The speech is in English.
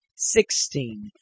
Sixteen